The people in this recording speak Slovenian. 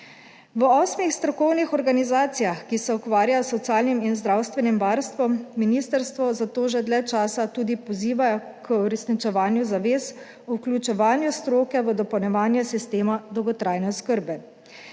V osmih strokovnih organizacijah, ki se ukvarjajo s socialnim in zdravstvenim varstvom, ministrstvo zato že dlje časa tudi pozivajo k uresničevanju zavez o vključevanju stroke v dopolnjevanje sistema dolgotrajne oskrbe.